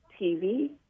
TV